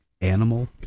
animal